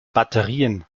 batterien